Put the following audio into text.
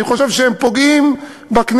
אני חושב שהם פוגעים בכנסת,